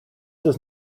does